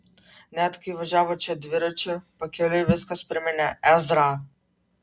net kai važiavo čia dviračiu pakeliui viskas priminė ezrą